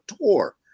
tour